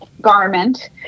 garment